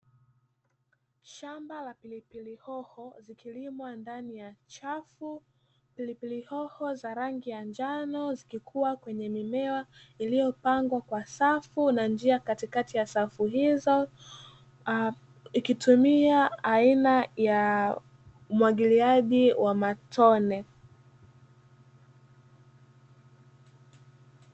Shamba la pilipili hoho likilimwa ndani chafu. Pilipili hoho za rangi ya njano zikiwa kwenye mimea iliyopangwa kwa safu na njia katikati ya safu hizo ikitumia aina ya umwagiliaji wa matone.